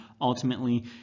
Ultimately